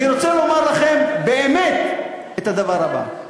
אני רוצה לומר לכם באמת את הדבר הבא.